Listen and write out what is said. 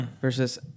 versus